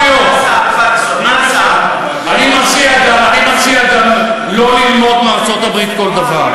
אני מציע גם לא ללמוד מארצות-הברית כל דבר.